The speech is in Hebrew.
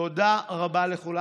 תודה רבה לכולם.